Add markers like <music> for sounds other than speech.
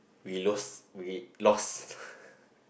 we lost we lost <breath>